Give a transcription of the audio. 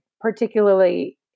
particularly